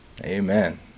Amen